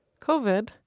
COVID